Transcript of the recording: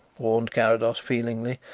warned carrados feelingly.